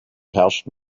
herrscht